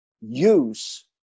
use